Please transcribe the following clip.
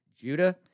Judah